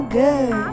good